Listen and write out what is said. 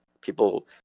people